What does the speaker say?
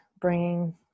bringing